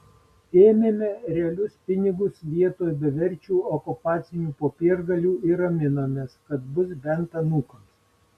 ėmėme realius pinigus vietoj beverčių okupacinių popiergalių ir raminomės kad bus bent anūkams